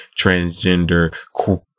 transgender